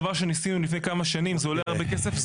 הוא דבר שנסינו לפני כמה שנים ועולה הרבה כסף.